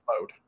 mode